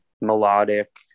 melodic